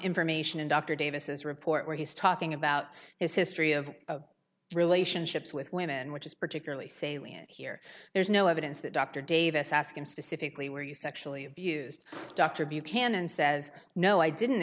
information in dr davis report where he's talking about his history of relationships with women which is particularly salient here there's no evidence that dr davis asked him specifically where you sexually abused dr buchanan says no i didn't